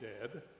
dead